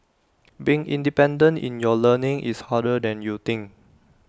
being independent in your learning is harder than you think